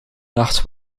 nacht